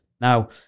Now